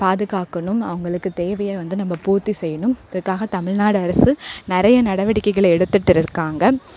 பாதுகாக்கணும் அவங்களுக்கு தேவையை வந்து நம்ம பூர்த்தி செய்யணும் இதுக்காக தமிழ்நாடு அரசு நிறைய நடவடிக்கைகளை எடுத்துகிட்டு இருக்காங்க